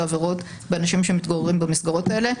עבירות באנשים שמתגוררים במסגרות האלה.